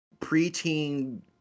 preteen